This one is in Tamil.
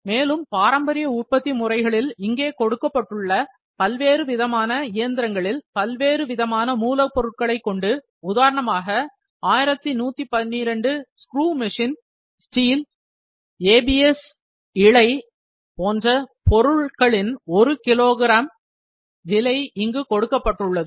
மேலும் பாரம்பரிய உற்பத்தி முறைகளில் இங்கே கொடுக்கப்பட்டுள்ள பல்வேறுவிதமான இயந்திரங்களில் பல்வேறுவிதமான மூலப்பொருட்களை கொண்டு உதாரணமாக 1112 screw machine steel ABS filament போன்ற பொருட்களின் ஒரு கிலோ கிராம் இடைவேளை இங்கு கொடுக்கப்பட்டுள்ளது